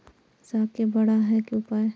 साग के बड़ा है के उपाय?